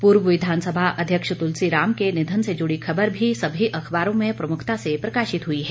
पूर्व विधानसभा अध्यक्ष तुलसीराम के निधन से जुड़ी खबर भी सभी अखबारों में प्रमुखता से प्रकाशित हुई हैं